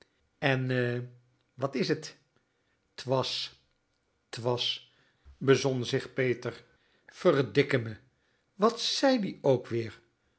en wat was t t was t was bezon zich peter verdikme wat zei die ook weer